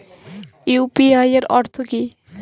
UPI এর অর্থ কি?